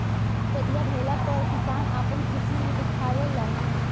फसल बढ़िया भइला पअ किसान आपन खुशी दिखावे लन